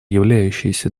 являющиеся